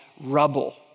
rubble